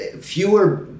Fewer